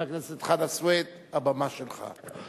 חבר הכנסת חנא סוייד, הבמה שלך.